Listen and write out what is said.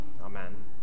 Amen